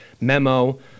memo